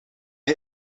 hij